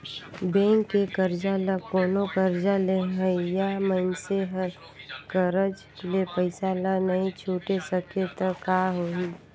bank के करजा ल कोनो करजा लेहइया मइनसे हर करज ले पइसा ल नइ छुटे सकें त का होही